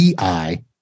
EI